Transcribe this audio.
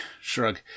shrug